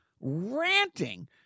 ranting